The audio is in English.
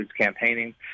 campaigning